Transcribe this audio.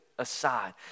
Aside